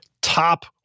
top